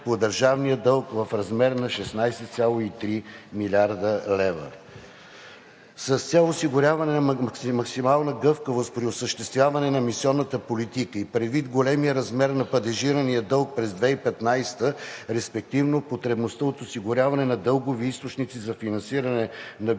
по държавния дълг в размер на 16,3 млрд. лв. С цел осигуряване на максимална гъвкавост при осъществяване на емисионната политика и предвид големия размер на падежирания дълг през 2015 г., респективно потребността от осигуряване на дългови източници за финансиране на бюджетните